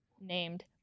named